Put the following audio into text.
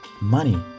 money